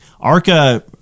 Arca